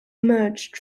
emerged